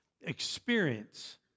experience